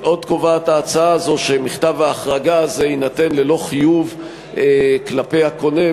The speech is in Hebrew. עוד קובעת ההצעה הזאת שמכתב ההחרגה הזה יינתן ללא חיוב כלפי הקונה,